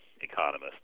economist